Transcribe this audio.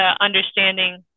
understanding